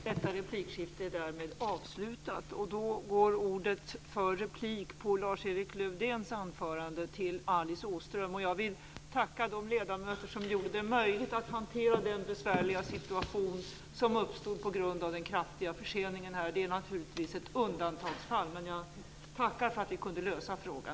Detta replikskifte är därmed avslutat. Ordet går till Alice Åström för replik på Lars-Erik Lövdéns anförande. Jag vill tacka de ledamöter som gjorde det möjligt att hantera den besvärliga situation som uppstod på grund av den kraftiga förseningen. Detta var naturligtvis ett undantagsfall, men jag tackar för att vi kunde lösa frågan.